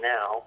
Now